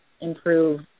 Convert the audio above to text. improve